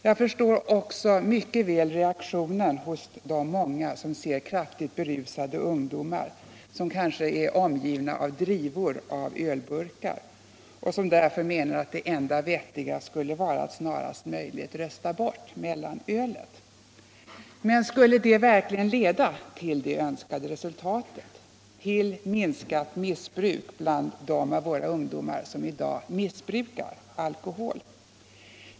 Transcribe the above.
Jag förstår också mycket väl reaktionen hos de många som ser kraftigt berusade ungdomar som kanske är omgivna av drivor av ölburkar och som därför menar att det enda vettiga skulle vara att snarast möjligt rösta bort mellanölet. Men skulle det verkligen leda till det önskade resultatet — till minskat missbruk bland dem av våra ungdomar som i dag missbrukar alkohol?